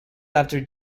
after